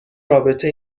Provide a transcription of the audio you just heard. رابطه